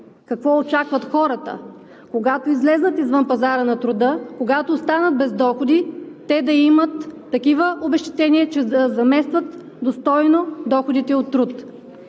Какво очакват хората? Когато излязат извън пазара на труда, когато останат без доходи, те да имат такива обезщетения, че да заместват достойно доходите им от труд.